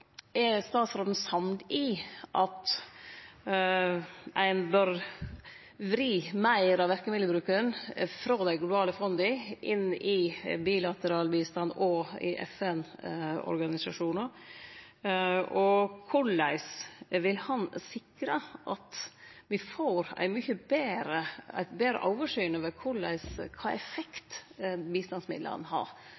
Er statsråden samd i at ein bør vri meir av verkemiddelbruken frå dei globale fonda og inn i bilateral bistand og FN-organisasjonar? Og korleis vil han sikre at vi får eit mykje betre oversyn over kva